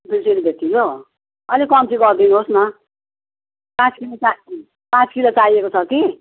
दुई सय रुप्पे किलो अलिक कम्ती गरिदिनु होस् न पाँच किलो चार पाँच किलो चाहिएको छ कि